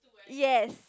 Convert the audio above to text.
yes